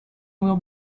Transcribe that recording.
will